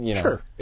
Sure